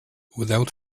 without